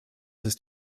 ist